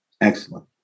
Excellent